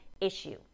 issue